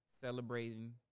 celebrating